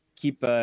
keep